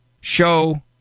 Show